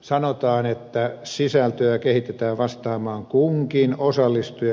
sanotaan että sisältöä kehitetään vastaamaan kunkin osallistujan yksilöllisiä tarpeita